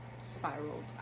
spiraled